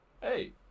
Hey